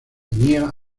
tenía